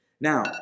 Now